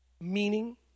Meaning